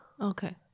Okay